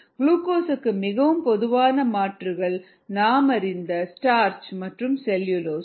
குளுக்கோஸுக்கு மிகவும் பொதுவான மாற்றுகள் நாமறிந்த ஸ்டார்ச் மற்றும் செல்லுலோஸ்